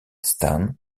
stan